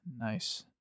Nice